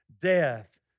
Death